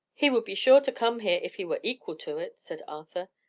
he would be sure to come here, if he were equal to it, said arthur.